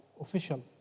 official